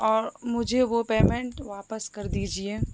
اور مجھے وہ پیمینٹ واپس کر دیجیے